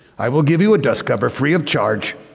i will give you a dust cover free of charge,